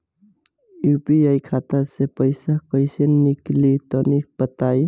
UPI खाता से पइसा कइसे निकली तनि बताई?